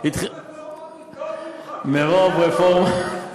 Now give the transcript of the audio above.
המון רפורמות.